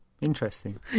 Interesting